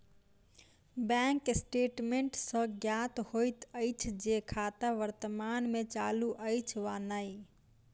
bank statement सॅ ज्ञात होइत अछि जे खाता वर्तमान मे चालू अछि वा नै